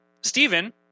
Stephen